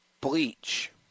bleach